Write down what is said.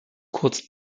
kurz